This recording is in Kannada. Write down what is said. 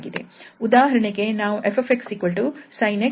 ಉದಾಹರಣೆಗೆ ನಾವು 𝑓𝑥 sin 𝑥 sin 2𝑥 sin 3𝑥 ಎಂದು ತೆಗೆದುಕೊಳ್ಳೋಣ